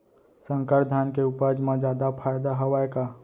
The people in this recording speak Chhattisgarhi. संकर धान के उपज मा जादा फायदा हवय का?